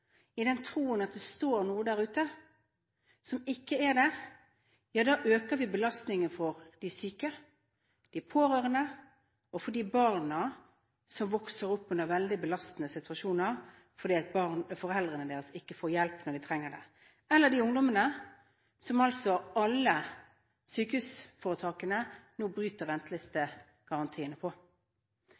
i den troen at det står noe der ute, men som ikke er der – øker vi belastningen for de syke, de pårørende og de barna som vokser opp i veldig belastende situasjoner fordi foreldrene deres ikke får hjelp når de trenger det samt de ungdommene som alle sykehusforetakene nå bryter